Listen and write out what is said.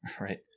Right